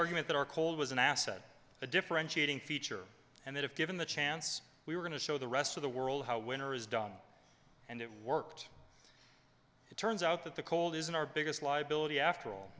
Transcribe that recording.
argument that our cold was an asset a differentiating feature and that if given the chance we were going to show the rest of the world how winners done and it worked it turns out that the cold isn't our biggest liability after all